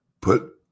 Put